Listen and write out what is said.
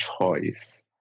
choice